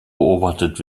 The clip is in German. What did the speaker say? beobachtet